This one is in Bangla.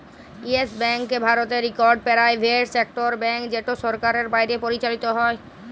ইয়েস ব্যাংক ভারতের ইকট পেরাইভেট সেক্টর ব্যাংক যেট সরকারের বাইরে পরিচালিত হ্যয়